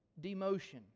Demotion